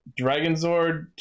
Dragonzord